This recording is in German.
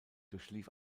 durchlief